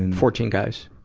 and fourteen guys?